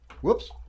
Whoops